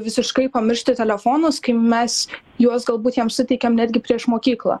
visiškai pamiršti telefonus kaip mes juos galbūt jiems suteikėm netgi prieš mokyklą